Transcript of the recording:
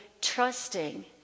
trusting